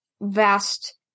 vast